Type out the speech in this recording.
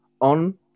on